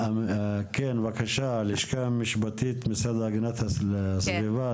בבקשה הלשכה המשפטית של המשרד להגנת הסביבה,